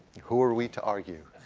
who are we to argue?